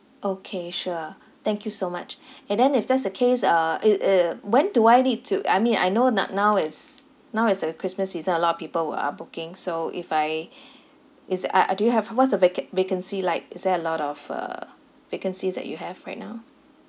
okay sure thank you so much and then if that's the case uh it uh when do I need to I mean I know no~ now is now is the christmas season a lot of people will are booking so if I is uh uh do you have what's the vacan~ vacancy like is there a lot of uh vacancies that you have right now